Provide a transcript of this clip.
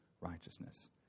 righteousness